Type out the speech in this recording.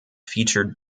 feature